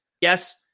yes